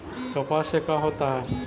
कपास से का होता है?